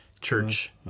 church